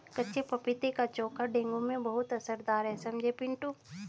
कच्चे पपीते का चोखा डेंगू में बहुत असरदार है समझे पिंटू